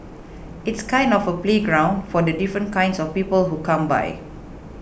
it's kind of a playground for the different kinds of people who come by